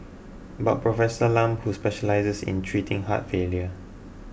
but Professor Lam who specialises in treating heart failure